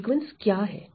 यह सीक्वेंस क्या है